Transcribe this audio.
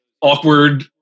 awkward